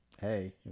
Hey